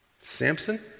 Samson